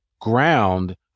ground